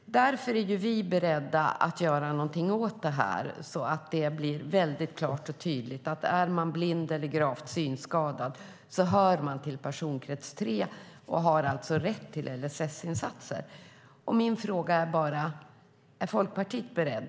Vi är beredda att göra något åt det så att det blir klart och tydligt att är man blind eller gravt synskadad hör man till personkrets 3 och har rätt till LSS-insatser. Är Folkpartiet berett?